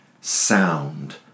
sound